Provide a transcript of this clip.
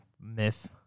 myth